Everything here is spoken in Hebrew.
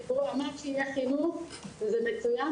אמרת שיהיה חינוך זה מצוין,